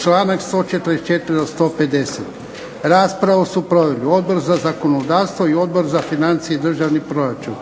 članak 144. do 150. Raspravu su proveli Odbor za zakonodavstvo i Odbor za financije i državni proračun.